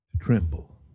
tremble